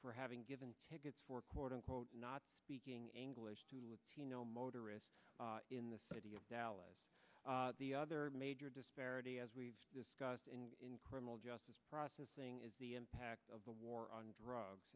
for having given tickets for quote unquote not speaking english to teano motorists in the city of dallas the other major disparity as we've discussed in in criminal justice processing is the impact of the war on drugs